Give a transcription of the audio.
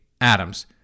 Adams